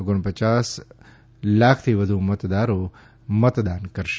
ઓગણપચાસ લાખથી વધુ મતદારો મતદાન કરશે